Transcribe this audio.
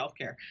healthcare